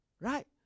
Right